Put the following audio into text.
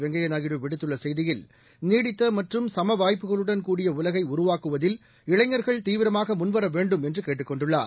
வெங்கையநாயுடு விடுத்துள்ளசெய்தியில் நீடித்தமற்றும் சமவாய்ப்புகளுடன் கூடிய உலகைஉருவாக்குவதில் இளைஞர்கள் தீவிரமாகமுன்வரவேண்டும் என்றுகேட்டுக் கொண்டுள்ளார்